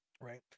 right